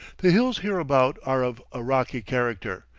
the hills hereabout are of a rocky character,